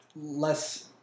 less